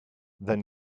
then